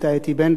אתי בנדלר,